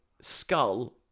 skull